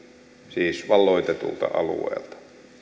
siis valloitetulta alueelta